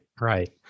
Right